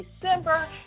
December